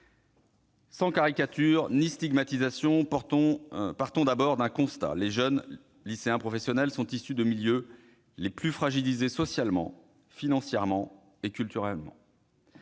Sans caricature ni stigmatisation, partons d'abord d'un constat : les jeunes lycéens professionnels sont issus de milieux les plus fragilisés socialement, financièrement et culturellement.